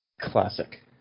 Classic